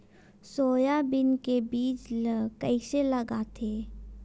Soybean के बीज ल कइसे लगाथे?